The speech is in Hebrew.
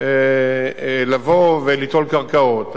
לבוא וליטול קרקעות.